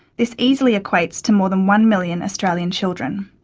this easily equates to more than one million australian children.